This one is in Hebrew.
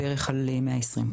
יש שם תמותה עודפת מתחילת המגיפה,